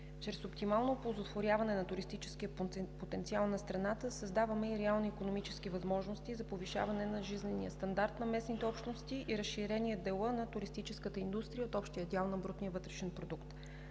Чрез оптимално оползотворяване на туристическия потенциал на страната създаваме реални икономически възможности за повишаване на жизнения стандарт на местните общности и разширение на дела на туристическата индустрия в общия дял на брутния вътрешен продукт.